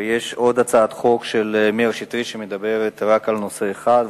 ויש עוד הצעת חוק של מאיר שטרית שמדברת רק על נושא אחד,